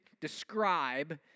describe